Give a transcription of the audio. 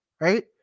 Right